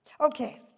Okay